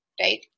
right